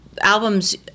Albums